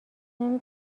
نمی